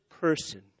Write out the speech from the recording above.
person